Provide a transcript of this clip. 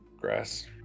grass